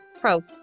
pro